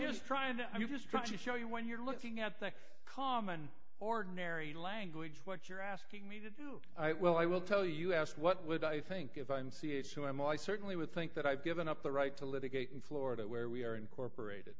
just trying to show you when you're looking at the common ordinary language what you're asking me to do i will i will tell you asked what would i think if i'm c h who am i certainly would think that i've given up the right to litigate in florida where we are incorporated